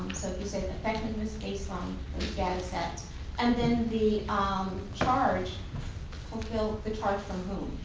so you said effectiveness based on dataset and then the um charge fulfill the charge from whom?